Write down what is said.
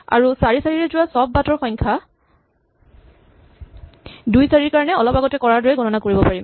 আমি ৪ ৪ ৰে যোৱা চব বাটৰ সংখ্যা ২৪ ৰ কাৰণে অলপ আগতে কৰাৰ দৰেই গণনা কৰিব পাৰিম